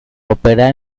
operar